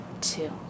two